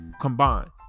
Combined